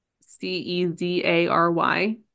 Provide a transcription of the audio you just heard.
C-E-Z-A-R-Y